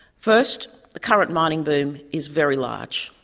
first, the current mining boom is very large.